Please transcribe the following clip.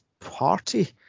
party